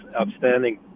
outstanding